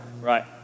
Right